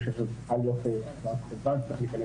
אני חושב שההכשרה הזאת צריכה להיכנס